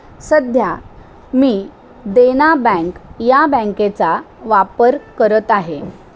सध्या मी देना बँक या बँकेचा वापर करत आहे